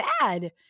bad